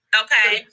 okay